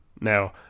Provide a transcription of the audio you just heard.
now